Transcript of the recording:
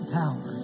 power